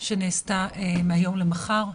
שנעשתה מהיום למחר.